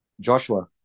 Joshua